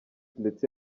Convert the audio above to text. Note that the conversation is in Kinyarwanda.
ndetse